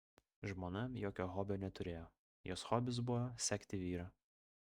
žmona jokio hobio neturėjo jos hobis buvo sekti vyrą